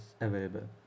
available